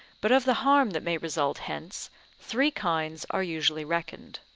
but of the harm that may result hence three kinds are usually reckoned.